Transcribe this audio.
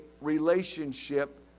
relationship